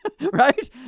right